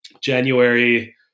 January